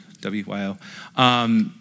W-Y-O